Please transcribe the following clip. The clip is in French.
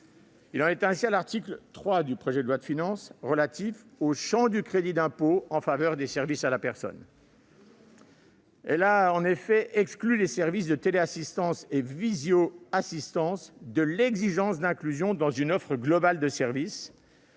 en est-il à l'article 3 du projet de loi de finances relatif au champ du crédit d'impôt en faveur des services à la personne. L'Assemblée nationale a en effet exclu les services de téléassistance et visio-assistance de l'exigence d'inclusion dans une offre globale de services,